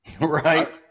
Right